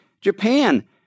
Japan